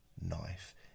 knife